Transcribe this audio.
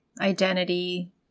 identity